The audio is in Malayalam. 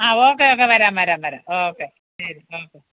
ആ ഓക്കെ ഓക്കെ വരാം വരാം വരാം ഓക്കെ ശരി ഓക്കെ